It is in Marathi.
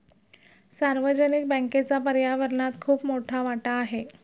सार्वजनिक बँकेचा पर्यावरणात खूप मोठा वाटा आहे